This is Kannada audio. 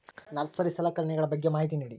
ನರ್ಸರಿ ಸಲಕರಣೆಗಳ ಬಗ್ಗೆ ಮಾಹಿತಿ ನೇಡಿ?